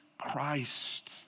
Christ